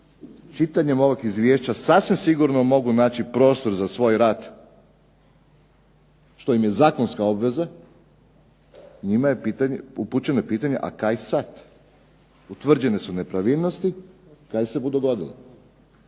čitanjem ovog izvješća sasvim sigurno mogu naći prostor za svoj rad što im je zakonska obveza, njima je upućeno i pitanje a kaj sad? Utvrđene su nepravilnosti, kaj se bu dogodilo?